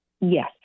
Yes